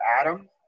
Adam